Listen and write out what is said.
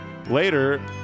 later